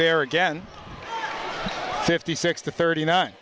there again fifty six to thirty nine